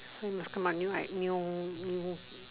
we must come out like new new